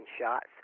shots